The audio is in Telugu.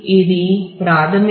ఇది పెద్ద మాధ్యమం